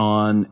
on